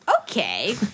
Okay